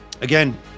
Again